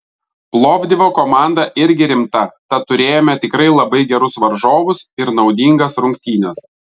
plovdivo komanda irgi rimta tad turėjome tikrai labai gerus varžovus ir naudingas rungtynes